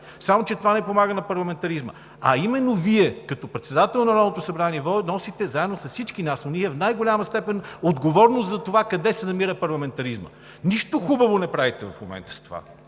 Само че това не помага на парламентаризма. Именно Вие, като председател на Народното събрание, носите заедно с всички нас, но Вие в най-голяма степен, отговорност за това къде се намира парламентаризмът! Нищо хубаво не правите в момента с това!